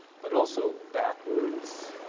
but also backwards,